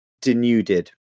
denuded